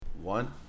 one